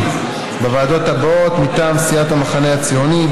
בוועדות הבאות: מטעם סיעת המחנה הציוני,